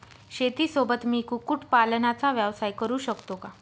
शेतीसोबत मी कुक्कुटपालनाचा व्यवसाय करु शकतो का?